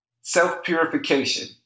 self-purification